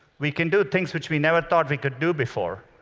we can do things which we never thought we could do before.